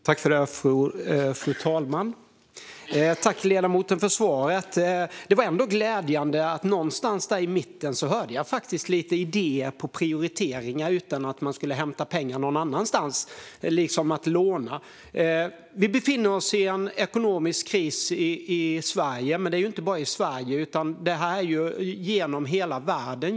Fru talman! Tack, ledamoten, för svaret! Det var ändå glädjande att någonstans där i mitten faktiskt få höra lite idéer om prioriteringar i stället för att pengar ska hämtas någon annanstans, till exempel genom att låna. Vi befinner oss just nu i en ekonomisk kris, inte bara i Sverige utan över hela världen.